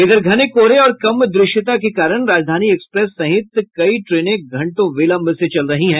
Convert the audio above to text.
इधर घने कोहरे और कम दृश्यता के कारण राजधानी एक्सप्रेस सहित कई ट्रेनें घंटों विलंब से चल रही हैं